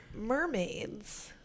mermaids